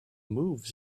moves